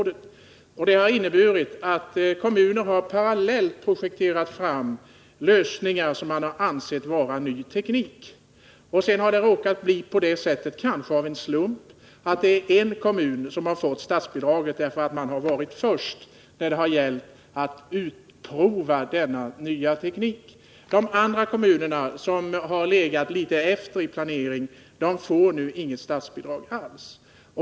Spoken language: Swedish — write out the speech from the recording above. Det har inneburit att kommuner parallellt projekterat lösningar som man ansett vara ny teknik. Sedan är det en kommun som — kanske av en slump — har fått statsbidraget, dvs. att den har varit först när det gällt att utprova den nya tekniken. De andra kommunerna, som legat litet efter i planeringen, får inget statsbidrag alls.